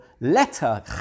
letter